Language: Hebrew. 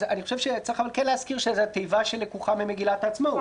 אבל אני חושב שצריך להזכיר שזו תיבה שלקוחה ממגילת העצמאות.